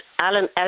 Alan